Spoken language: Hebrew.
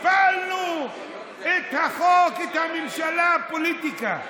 הפלנו את החוק, את הממשלה, פוליטיקה.